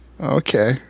Okay